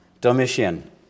Domitian